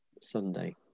Sunday